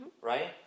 right